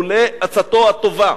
לולא עצתו הטובה